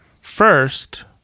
first